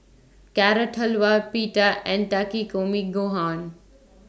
Carrot Halwa Pita and Takikomi Gohan